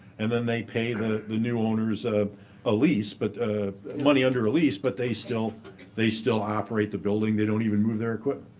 and then they pay the the new owners ah ah but money under a lease, but they still they still operate the building. they don't even move their equipment.